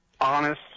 Honest